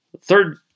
Third